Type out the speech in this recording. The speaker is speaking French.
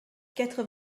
quatre